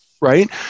Right